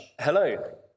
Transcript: Hello